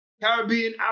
caribbean